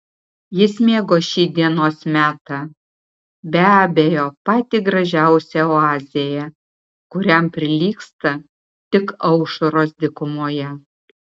jis mėgo šį dienos metą be abejo patį gražiausią oazėje kuriam prilygsta tik aušros dykumoje